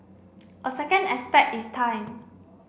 a second aspect is time